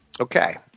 Okay